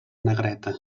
negreta